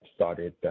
Started